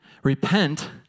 Repent